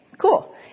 cool